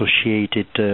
associated